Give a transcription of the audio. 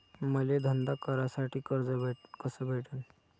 मले धंदा करासाठी कर्ज कस भेटन?